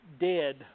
dead